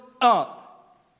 up